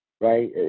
right